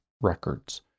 records